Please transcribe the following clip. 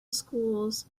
schools